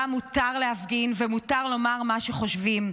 מותר להפגין ומותר לומר מה שחושבים,